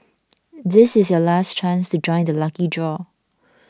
this is your last chance to join the lucky draw